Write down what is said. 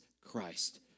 Christ